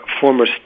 former